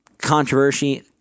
controversy